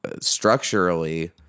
structurally